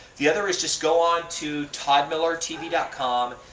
the other is just go on to toddmillertv com,